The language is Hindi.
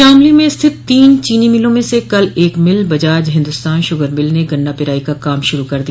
शामली में स्थित तीन चोनी मिलों में से कल एक mill Bajaj Hindustan sugar mill ने गन्ना पेराई का काम शुरू कर दिया